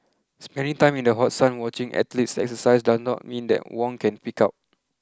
spending time in the hot sun watching athletes exercise does not mean that Wong can pig out